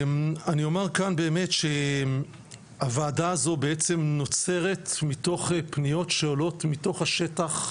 אני אומר כאן באמת שהוועדה הזו בעצם נוצרת מתוך פניות שעולות מתוך השטח.